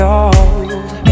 old